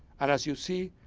and as you see,